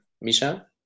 Misha